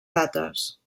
dates